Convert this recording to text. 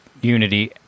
unity